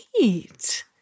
great